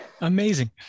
Amazing